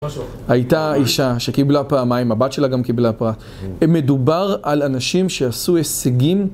הייתה אישה שקיבלה פעמיים, הבת שלה גם קיבלה פע.. מדובר מדובר על אנשים שעשו הישגים